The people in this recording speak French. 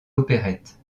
opérettes